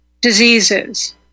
diseases